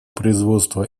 производства